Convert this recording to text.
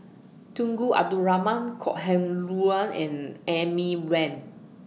Tunku Abdul Rahman Kok Heng Leun and Amy Van